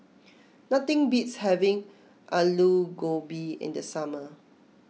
nothing beats having Aloo Gobi in the summer